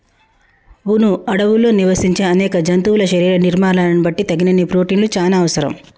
వును అడవుల్లో నివసించే అనేక జంతువుల శరీర నిర్మాణాలను బట్టి తగినన్ని ప్రోటిన్లు చానా అవసరం